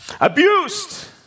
Abused